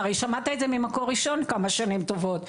הרי שמעת את זה ממקור ראשון כמה שנים טובות,